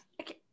Okay